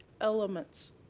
elements